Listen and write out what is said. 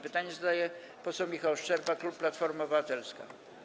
Pytanie zadaje poseł Michał Szczerba, klub Platforma Obywatelska.